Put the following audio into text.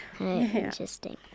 Interesting